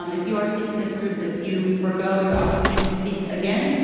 um if you are speaking as a group, you forgo your opportunity to speak again,